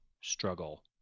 struggle